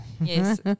Yes